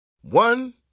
One